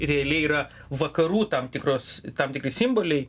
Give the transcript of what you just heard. realiai yra vakarų tam tikros tam tikri simboliai